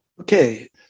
Okay